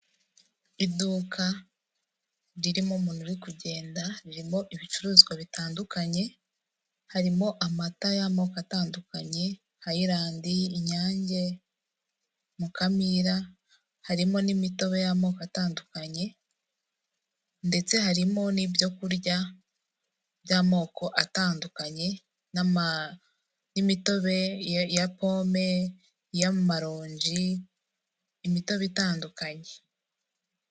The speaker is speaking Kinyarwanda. Ni muri gare hari haparitse imodoka za kwasiteri zikoreshwa na ajanse ya sitela.